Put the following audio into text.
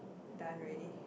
done already